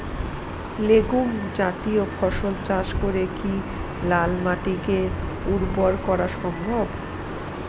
Legume জাতীয় ফসল চাষ করে কি লাল মাটিকে উর্বর করা সম্ভব?